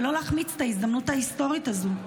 ולא להחמיץ את ההזדמנות ההיסטורית הזאת.